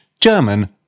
German